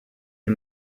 une